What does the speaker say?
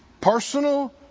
Personal